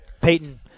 Peyton